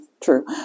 True